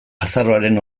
azaroaren